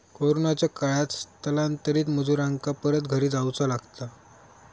कोरोनाच्या काळात स्थलांतरित मजुरांका परत घरी जाऊचा लागला